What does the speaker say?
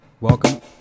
welcome